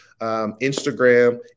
Instagram